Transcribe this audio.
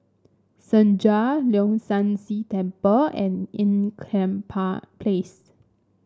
Senja Leong San See Temple and Ean Kiam Park Place